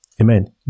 Amen